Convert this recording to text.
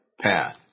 path